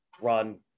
run